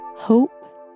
hope